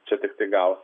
čia tiktai gal